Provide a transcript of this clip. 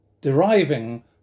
deriving